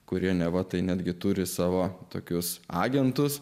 kurie neva tai netgi turi savo tokius agentus